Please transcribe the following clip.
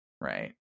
right